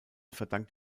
verdankt